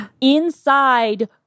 inside